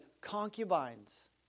concubines